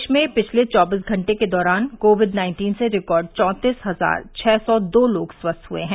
देश में पिछले चौबीस घंटे के दौरान कोविड नाइन्टीन से रिकॉर्ड चौंतीस हजार छः सौ दो लोग ठीक हुए हैं